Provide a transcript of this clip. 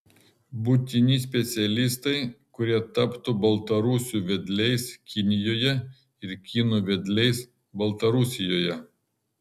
būtini specialistai kurie taptų baltarusių vedliais kinijoje ir kinų vedliais baltarusijoje